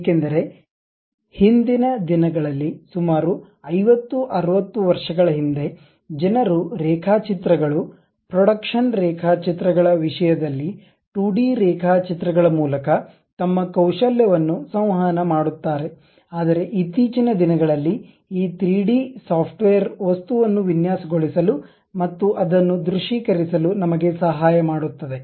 ಏಕೆಂದರೆ ಹಿಂದಿನ ದಿನಗಳಲ್ಲಿ ಸುಮಾರು 50 60 ವರ್ಷಗಳ ಹಿಂದೆ ಜನರು ರೇಖಾಚಿತ್ರಗಳು ಪ್ರೊಡಕ್ಷನ್ ರೇಖಾಚಿತ್ರ ಗಳ ವಿಷಯದಲ್ಲಿ 2 ಡಿ ರೇಖಾಚಿತ್ರಗಳ ಮೂಲಕ ತಮ್ಮ ಕೌಶಲ್ಯವನ್ನು ಸಂವಹನ ಮಾಡುತ್ತಾರೆ ಆದರೆ ಇತ್ತೀಚಿನ ದಿನಗಳಲ್ಲಿ ಈ 3 ಡಿ ಸಾಫ್ಟ್ವೇರ್ ವಸ್ತುವನ್ನು ವಿನ್ಯಾಸಗೊಳಿಸಲು ಮತ್ತು ಅದನ್ನು ದೃಶ್ಯೀಕರಿಸಲು ನಮಗೆ ಸಹಾಯ ಮಾಡುತ್ತದೆ